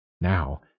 Now